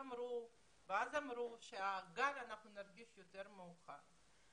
אז אמרו שאנחנו נרגיש את הגל הזה יותר מאוחר.